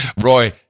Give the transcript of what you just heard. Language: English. Roy